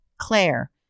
Claire